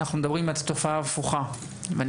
אנחנו מדברים על תופעה הפוכה ואני